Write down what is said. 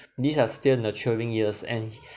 these are still nurturing years and